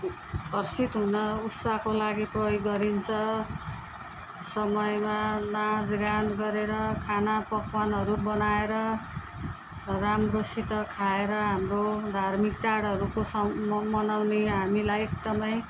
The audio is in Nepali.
हर्षित हुन उत्साहको लागि प्रयोग गरिन्छ समयमा नाच गान गरेर खाना पकवानहरू बनाएर राम्रोसित खाएर हाम्रो धार्मिक चाडहरू पोसाउ मनाउने हामीलाई एकदमै